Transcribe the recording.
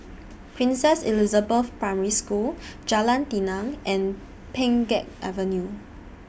Princess Elizabeth Primary School Jalan Tenang and Pheng Geck Avenue